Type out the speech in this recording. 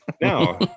No